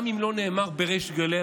וגם אם לא נאמר בריש גלי,